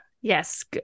Yes